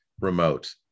remote